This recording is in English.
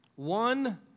One